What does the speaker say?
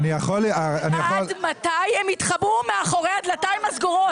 עד מתי הם יתחבאו מאחורי הדלתיים הסגורות?